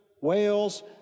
Wales